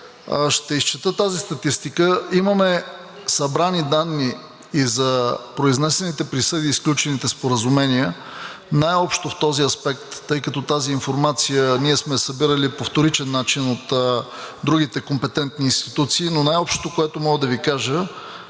ще изчета тази статистика. Имаме събрани данни и за произнесените присъди и сключените споразумения най-общо в този аспект, тъй като тази информация ние сме я събирали по вторичен начин от другите компетентни институции, но най-общото, което мога да Ви кажа,